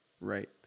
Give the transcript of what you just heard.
right